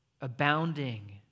abounding